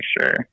sure